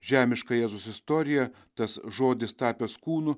žemiška jėzus istorija tas žodis tapęs kūnu